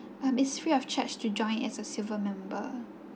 um it's free of charge to join as a silver member